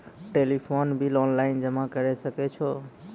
Telephone bill online जमा करै सकै छौ?